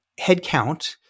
headcount